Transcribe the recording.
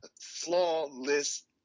flawless